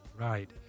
right